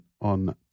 on